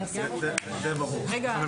קודם כול,